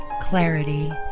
clarity